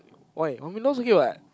why one million is okay [what]